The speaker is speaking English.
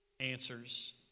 answers